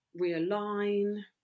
realign